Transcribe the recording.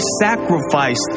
sacrificed